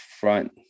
front